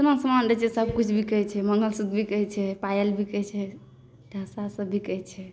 जतना समान रहै छै सबकिछु बिकै छै मङ्गलसूत्र बिकै छै पायल बिकै छै सएहसब बिकै छै